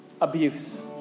abuse